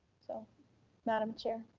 so madam chair.